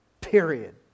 Period